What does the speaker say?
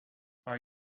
are